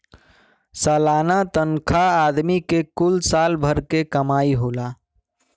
सलाना तनखा आदमी के कुल साल भर क कमाई होला